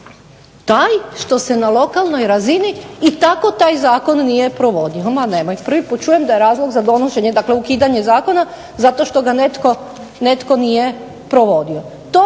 taj što se na lokalnoj razini i tako taj zakon nije provodio. Ma nemoj, prvi put čujem da je razlog za ukidanje zakona zato što ga netko nije provodio.